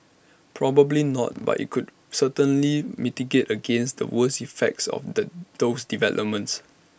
probably not but IT could certainly mitigate against the worst effects of the those developments